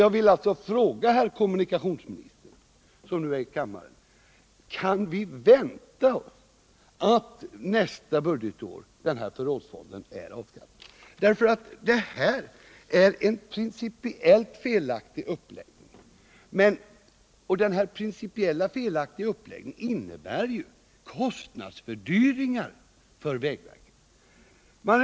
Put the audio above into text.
Jag vill därför fråga herr kommunikationsministern, som nu är i kammaren: Kan vi vänta oss att förrådsfonden är avskaffad till nästa budgetår? Det är nu en principiellt felaktig uppläggning, och denna principiellt felaktiga uppläggning innebär kostnadsfördyringar för vägverket.